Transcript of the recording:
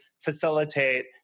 facilitate